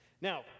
Now